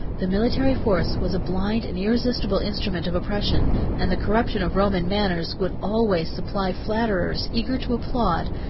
the military force was a blind and irresistible instrument of oppression and the corruption of roman manners would always supply flatterers eager to applaud,